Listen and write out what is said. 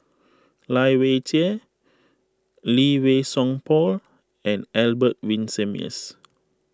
Lai Weijie Lee Wei Song Paul and Albert Winsemius